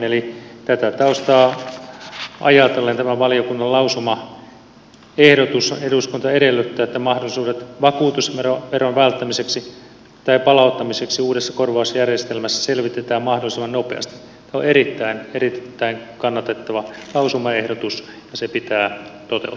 eli tätä taustaa vasten ajatellen tämä valiokunnan lausumaehdotus eduskunta edellyttää että mahdollisuudet vakuutusveron välttämiseksi tai palauttamiseksi uudessa korvausjärjestelmässä selvitetään mahdollisimman nopeasti on erittäin kannatettava lausumaehdotus ja se pitää toteuttaa